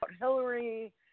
Hillary